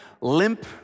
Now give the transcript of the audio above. limp